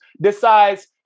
decides